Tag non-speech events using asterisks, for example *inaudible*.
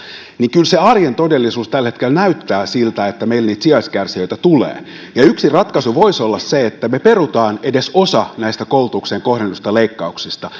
se arjen todellisuus tällä hetkellä näyttää kyllä siltä että meillä niitä sijaiskärsijöitä tulee yksi ratkaisu voisi olla se että me perumme edes osan näistä koulutukseen kohdennetuista leikkauksista *unintelligible*